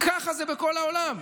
ככה זה בכל העולם.